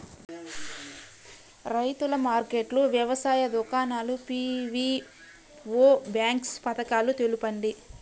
రైతుల మార్కెట్లు, వ్యవసాయ దుకాణాలు, పీ.వీ.ఓ బాక్స్ పథకాలు తెలుపండి?